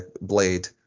blade